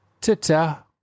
ta-ta